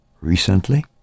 recently